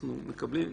אנחנו מקבלים,